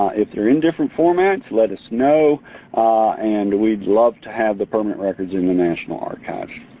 if they're in different formats, let us know and we'd love to have the permanent records in the national archives.